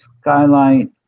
skylight